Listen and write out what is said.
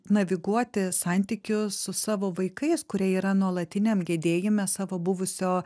naviguoti santykius su savo vaikais kurie yra nuolatiniam gedėjime savo buvusio